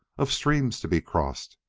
of streams to be crossed,